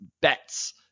bets